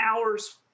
hour's